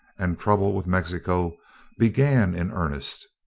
and trouble with mexico began in earnest.